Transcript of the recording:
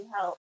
help